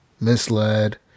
misled